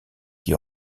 qui